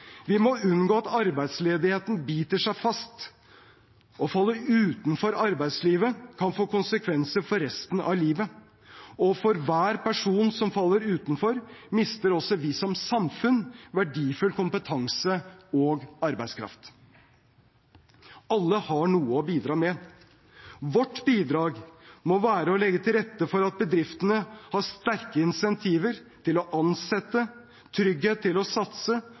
Vi må unngå at arbeidsledigheten biter seg fast. Å falle utenfor arbeidslivet kan få konsekvenser for resten av livet. Og for hver person som faller utenfor, mister også vi som samfunn verdifull kompetanse og arbeidskraft. Alle har noe å bidra med. Vårt bidrag må være å legge til rette for at bedriftene har sterke insentiver til å ansette, trygghet til å satse